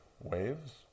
waves